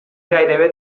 gairebé